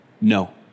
No